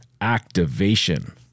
activation